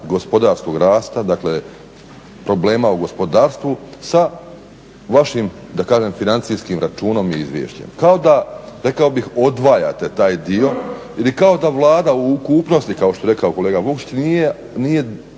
gospodarskog rasta dakle problema u gospodarstvu sa vašim da kažem financijskim računom i izvješćem. Kao da, rekao bih odvajate taj dio ili kao da Vlada u ukupnosti kao što je rekao kolega Vukšić nije